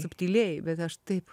subtiliai bet aš taip